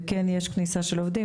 וכן יש כניסה של עובדים,